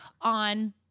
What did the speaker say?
on